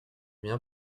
bien